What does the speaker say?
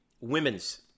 Women's